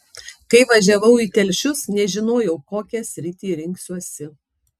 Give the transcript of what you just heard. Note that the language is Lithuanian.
kai važiavau į telšius nežinojau kokią sritį rinksiuosi